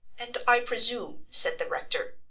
and i presume, said the rector,